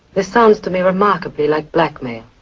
this sounds to me remarkably like blackmail.